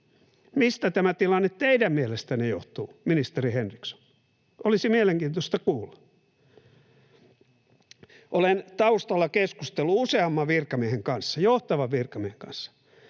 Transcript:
Mistä tämä tilanne teidän mielestänne johtuu, ministeri Henriksson? Olisi mielenkiintoista kuulla. Olen taustalla keskustellut useamman virkamiehen kanssa, johtavan virkamiehen kanssa,